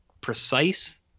precise